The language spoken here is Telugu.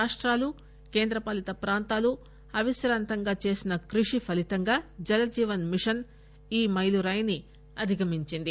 రాష్టాలు కేంద్ర పాలిత ప్రాంతాలు అవిశ్రాంతంగా చేసిన కృషి ఫలీతంగా జల జీవన్ మిషన్ ఈ మైలురాయిని అధిగమించింది